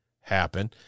happen